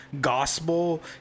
Gospel